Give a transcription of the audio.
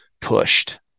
pushed